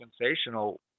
sensational